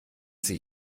sie